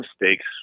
mistakes